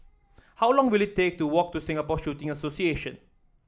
how long will it take to walk to Singapore Shooting Association